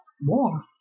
more